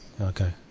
Okay